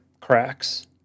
cracks